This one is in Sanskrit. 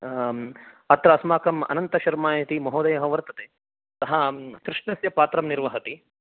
अत्र अस्माकं अनन्तशर्मा इति महोदयः वर्तते सः कृष्णस्य पात्रं निर्वहति